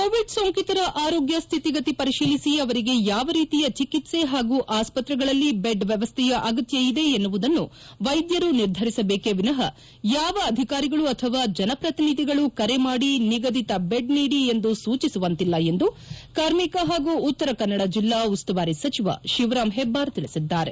Covid ಸೊಂಕಿತರ ಆರೋಗ್ಯ ಸ್ಥಿತಿಗತಿ ಪರಿಶೀಲಿಬ ಅವರಿಗೆ ಯಾವ ರೀತಿಯ ಚಿಕಿತ್ಲೆ ಹಾಗೂ ಆಸ್ಪತ್ರೆಗಳಲ್ಲಿ ಬೆಡ್ ವ್ಯವಸ್ಥೆಯ ಅಗತ್ಯ ಇದೆ ಎನ್ನುವುದನ್ನು ವೈದ್ಯರು ನಿರ್ಧರಿಸಬೇಕೆ ವಿನಃ ಯಾವ ಅಧಿಕಾರಿಗಳು ಅಥವಾ ಜನಪ್ರತಿನಿಧಿಗಳು ಕರೆ ಮಾಡಿ ನಿಗದಿತ ಬೆಡ್ ನೀಡಿ ಎಂದು ಸೂಚಿಸುವಂತಿಲ್ಲ ಎಂದು ಕಾರ್ಮಿಕ ಹಾಗೂ ಉತ್ತರ ಕನ್ನಡಜಿಲ್ಲಾ ಉಸ್ತುವಾರಿ ಸಚಿವ ಶಿವರಾಮ್ ಹೆಬ್ಬಾರ್ ಹೇಳಿದ್ದಾರೆ